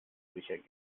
sicher